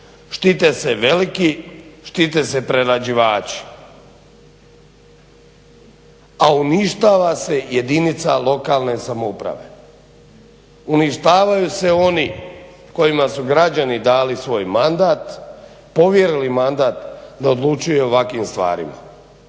Štite se veliki, štite se prerađivači, a uništava se jedinica lokalne samouprave. Uništavaju se oni kojima su građani dali svoj mandat, povjerili mandat da odlučuje o ovakvim stvarima.